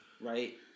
right